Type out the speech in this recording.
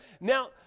Now